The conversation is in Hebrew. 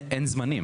אין זמנים.